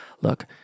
Look